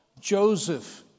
Joseph